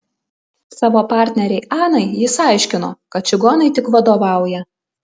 savo partnerei anai jis aiškino kad čigonai tik vadovauja